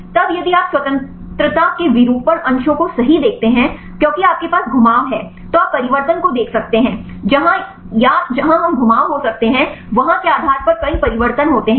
तब यदि आप स्वतंत्रता के विरूपण अंशों को सही देखते हैं क्योंकि आपके पास घुमाव हैं तो आप परिवर्तन को देख सकते हैं जहां या जहां हम घुमाव हो सकते हैं वहां के आधार पर कई परिवर्तन होते हैं